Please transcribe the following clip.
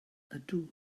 ydw